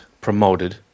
promoted